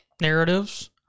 narratives